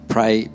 pray